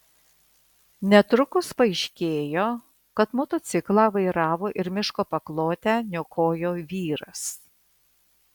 netrukus paaiškėjo kad motociklą vairavo ir miško paklotę niokojo vyras